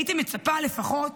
הייתי מצפה, לפחות,